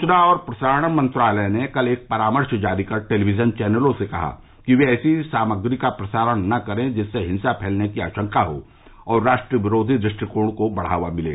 सूचना और प्रसारण मंत्रालय ने कल एक परामर्श जारी कर टेलिविजन चैनलों से कहा है कि वे ऐसी सामग्री का प्रसारण न करें जिससे हिंसा फैलने की आशंका हो और राष्ट्र विरोधी दृष्टिकोण को बढ़ावा मिले